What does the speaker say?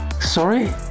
Sorry